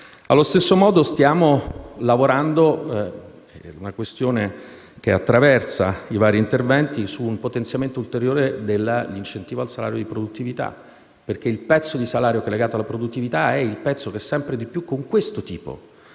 Allo stesso modo stiamo lavorando - è una questione che attraversa i vari interventi - su un potenziamento ulteriore dell'incentivo al salario della produttività. Il pezzo di salario collegato alla produttività è quello che, sempre di più, con questo tipo